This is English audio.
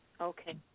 Okay